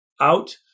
out